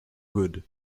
good